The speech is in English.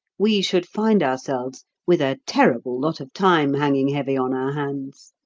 we should find ourselves with a terrible lot of time hanging heavy on our hands.